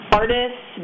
artists